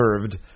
served